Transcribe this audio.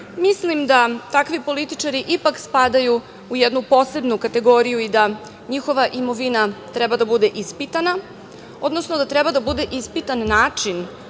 mislim da takvi političari ipak spadaju u jednu posebnu kategoriju i da njihova imovina treba da bude ispitana, odnosno da treba da bude ispitan način